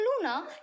Luna